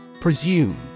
Presume